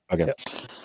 Okay